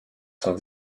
sont